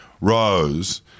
Rose